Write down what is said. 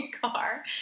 car